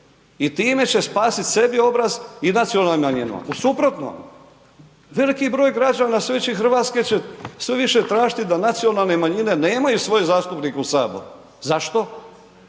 I time će spasiti sebi obraz i nacionalnim manjinama. U suprotno veliki broj građana …/nerazumljivo/… Hrvatske će sve više tražiti da nacionalne manjine nemaju svoje zastupnike u saboru. Zašto?